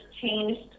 changed